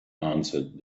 answered